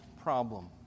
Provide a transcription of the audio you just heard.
problem